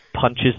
punches